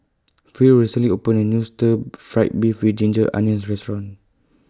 Phil recently opened A New Stir Fried Beef with Ginger Onions Restaurant